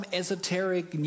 esoteric